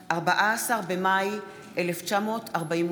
תודה, אדוני